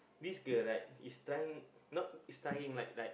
this girl right is trying not is trying like like